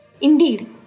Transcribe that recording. Indeed